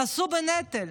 נשאו בנטל.